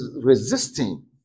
resisting